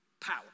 power